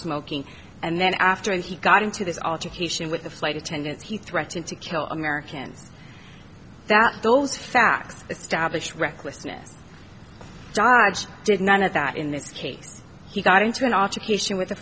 smoking and then after he got into this altercation with the flight attendants he threatened to kill americans that those facts established recklessness did none of that in this case he got into an altercation with a